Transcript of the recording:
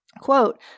Quote